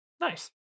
Nice